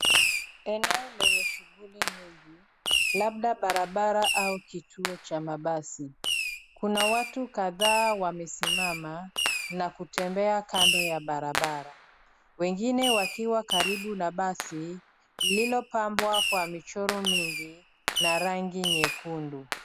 Eneo lenye shughuli nyingi, labda barabara au kituo cha mabasi. Kuna watu kadhaa wamesimama na kutembea kando ya barabara, wengine wakiwa karibu na basi lililopambwa kwa michoro mingi na rangi nyekundu.